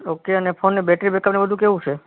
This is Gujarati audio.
ઓકે અને ફોનની બેટરી બેકઅપને બધું કેવું છે